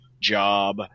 job